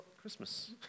Christmas